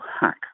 hack